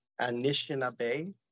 Anishinaabe